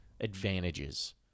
advantages